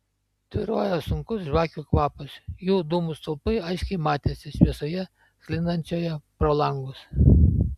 tvyrojo sunkus žvakių kvapas jų dūmų stulpai aiškiai matėsi šviesoje sklindančioje pro langus